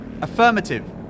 Affirmative